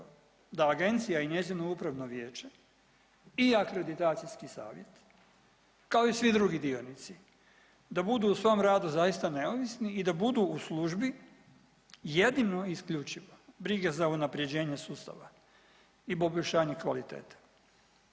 da agencija i njezino upravno vijeće i akreditacijski savjet, kao i svi drugi dionici, da budu u svom radu zaista neovisni i da budu u službi jedino i isključivo brige za unaprjeđenje sustava i poboljšanje kvalitete